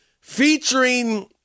featuring